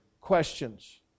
questions